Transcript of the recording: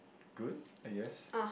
good I guess